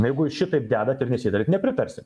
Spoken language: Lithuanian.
jeigu jūs šitaip dedat ir nesitariat nepritarsim